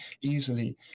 easily